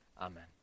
amen